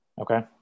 Okay